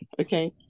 okay